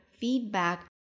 feedback